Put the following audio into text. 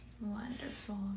Wonderful